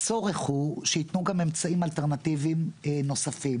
הצורך הוא שיתנו גם אמצעים אלטרנטיביים נוספים